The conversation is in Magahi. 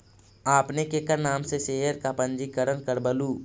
आपने केकर नाम से शेयर का पंजीकरण करवलू